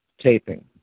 taping